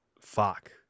fuck